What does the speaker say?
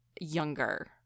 younger